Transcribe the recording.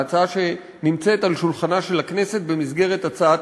ההצעה שנמצאת על שולחנה של הכנסת במסגרת הצעת